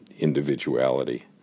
individuality